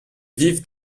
vivent